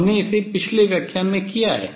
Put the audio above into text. हमने इसे पिछले व्याख्यान में किया है